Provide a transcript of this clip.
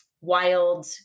wild